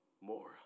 more